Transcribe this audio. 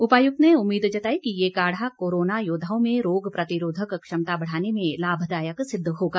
उपायुक्त ने उम्मीद जताई कि ये काढ़ा कोरोना योद्वाओं में रोग प्रतिरोधक क्षमता बढ़ाने में लाभदायक सिद्ध होगा